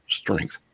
strength